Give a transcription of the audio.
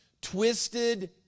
twisted